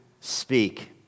speak